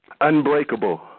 Unbreakable